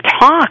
talk